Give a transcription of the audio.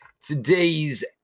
Today's